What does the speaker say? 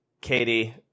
Katie